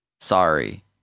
Sorry